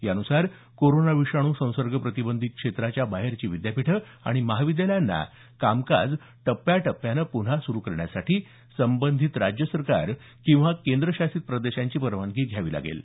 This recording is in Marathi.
यानुसार कोरोना विषाणू संसर्ग प्रतिबंधित क्षेत्राच्या बाहेरची विद्यापीठं आणि महाविद्यालयांना कामकाज टप्प्याटप्प्यानं पन्हा सुरु करण्यासाठी संबंधित राज्य सरकार किंवा केंद्रशासित प्रदेशांची परवानगी घ्यावी लागेल